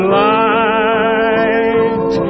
light